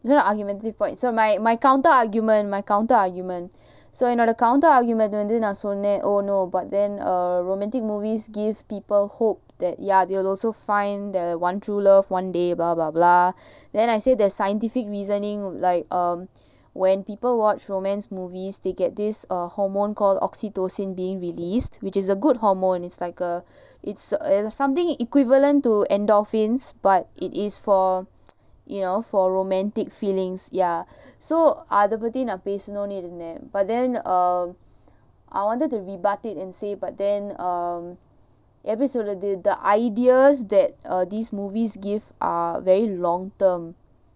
okay not argumentative point so my my counter argument my counter argument so என்னோட:ennoda counter argument வந்து நா சொன்னே:vanthu naa sonnae oh no but then uh romantic movies give people hope that ya they will also find the one true love one day then I say their scientific reasoning like um when people watch romance movies they get this uh hormone called oxytocin being released which is a good hormone it's like uh it's something equivalent to endorphins but it is for you know for romantic feelings ya so அத பத்தி நா பேசனும்னு இருந்தேன்:atha paththi naa pesanumnu irunthaen but then err I wanted to rebut it and say but then um எபிடி சொல்றது:epidi solrathu the ideas that uh these movies give are very long term